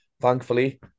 thankfully